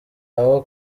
aho